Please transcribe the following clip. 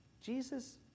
Jesus